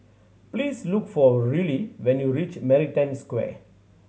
please look for Rillie when you reach Maritime Square